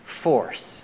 force